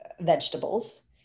vegetables